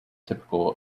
typical